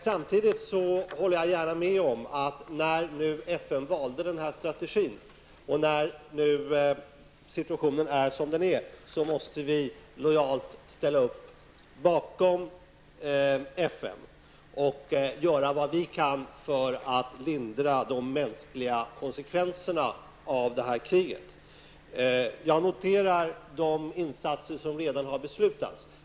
Samtidigt håller jag gärna med om att när FN valde denna strategi och när situationen är som den är, måste vi lojalt ställa upp bakom FN och göra vad vi kan för att lindra de mänskliga konsekvenserna av kriget. Jag noterar de insatser som redan har beslutats.